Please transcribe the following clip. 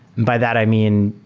by that, i mean,